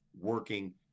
working